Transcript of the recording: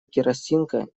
керосинка